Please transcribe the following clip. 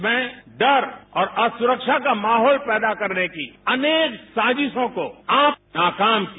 देश में डर और असुरक्षा का माहौल पैदा करने की अनेक साजिशों को आप नाकाम किया